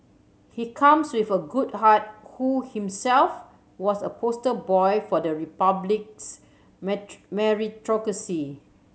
he comes with a good heart who himself was a poster boy for the Republic's meritocracy